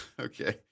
okay